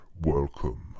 welcome